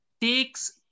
takes